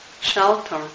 shelter